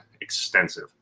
extensive